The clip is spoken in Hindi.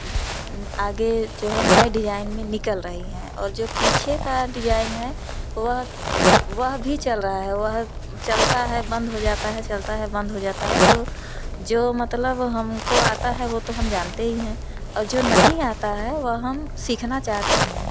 आगे जो है नए डिज़ाइन में निकल रही हैं और जो पीछे का डिज़ाइन है वह वह भी चल रहा है वह चलता है बंद हो जाता है चलता है बंद हो जाता है तो जो मतलब हमको आता है वो तो हम जानते ही हैं और जो नहीं आता है वह हम सीखना चाहते हैं